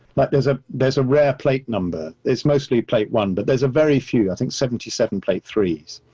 but there's a, there's a rare plate number. it's mostly plate one, but there's a very few, i think seventy seven plate threes.